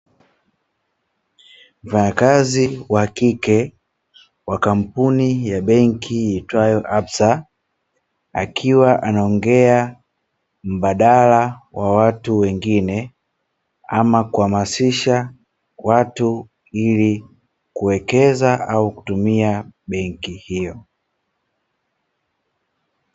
Mfanya kazi wa kike wa kampuni ya benki iitwayo "absa", akiwa anaongea mbadala wa watu wengine ama kuhamasisha watu, ili kuwekeza au kutumia benki hiyo.